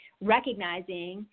recognizing